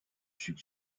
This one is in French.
sud